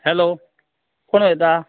hello कोण उलयता